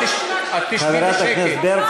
את תשבי בשקט, האמונה שלך, חברת הכנסת ברקו.